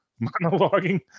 monologuing